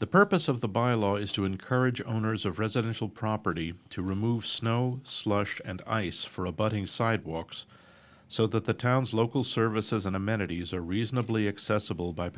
the purpose of the by law is to encourage owners of residential property to remove snow slush and ice for a budding sidewalks so that the town's local services and amenities are reasonably accessible by